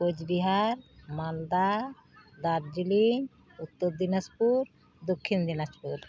Cooch Behar Malda Darjeeling Uttar Dinajpur Dakshin Dinajpur